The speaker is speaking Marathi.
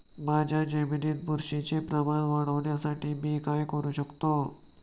माझ्या जमिनीत बुरशीचे प्रमाण वाढवण्यासाठी मी काय करू शकतो?